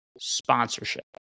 sponsorship